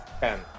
Ten